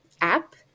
app